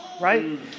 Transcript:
right